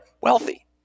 wealthy